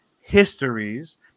histories